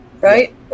Right